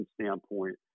standpoint